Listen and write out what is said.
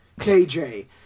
KJ